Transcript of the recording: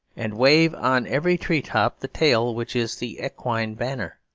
and wave on every tree-top the tail which is the equine banner.